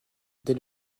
dès